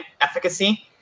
efficacy